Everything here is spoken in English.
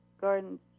gardens